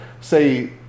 say